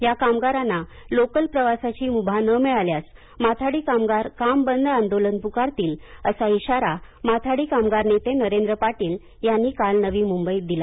या कामगारांना लोकल प्रवासाची मुभा न मिळाल्यास माथाडी कामगार काम बंद आंदोलन पुकारतील असा इशारा माथाडी कामगार नेते नरेंद्र पाटील यांनी काल नवी मुंबईत दिला